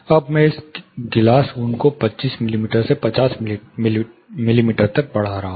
अब मैं इस गिलास ऊन को 25 मिमी से 50 मिमी तक बढ़ा रहा हूं